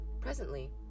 Presently